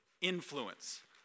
influence